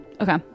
Okay